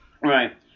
Right